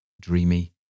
dreamy